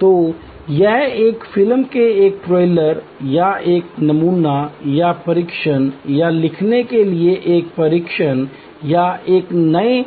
तो यह एक फिल्म के एक ट्रेलर या एक नमूना या परीक्षण या लिखने के लिए एक परीक्षण या एक नए